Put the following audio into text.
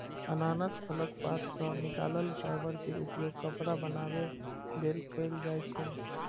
अनानास फलक पात सं निकलल फाइबर के उपयोग कपड़ा बनाबै लेल कैल जाइ छै